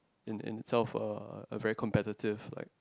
in itself a a very competitive like